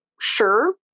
sure